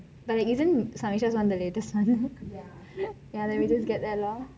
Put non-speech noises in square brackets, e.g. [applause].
but isn't samyuksha's one the latest one [laughs]